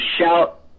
Shout